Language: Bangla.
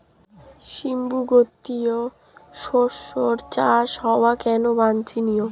সিম্বু গোত্রীয় শস্যের চাষ হওয়া কেন বাঞ্ছনীয়?